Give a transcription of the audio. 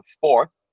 fourth